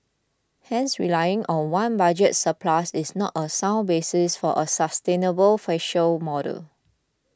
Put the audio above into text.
hence relying on one budget surplus is not a sound basis for a sustainable fiscal model